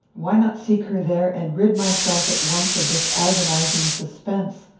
why not seek her there, and rid myself at once of this agonizing suspense?